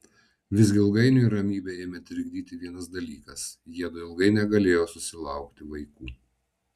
visgi ilgainiui ramybę ėmė trikdyti vienas dalykas jiedu ilgai negalėjo susilaukti vaikų